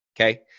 Okay